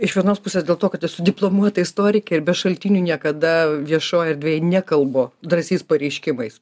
iš vienos pusės dėl to kad esu diplomuota istorikė be šaltinių niekada viešoj erdvėj nekalbu drąsiais pareiškimais